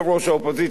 שותף להם.